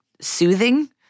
soothing